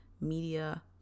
media